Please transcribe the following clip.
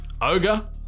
ogre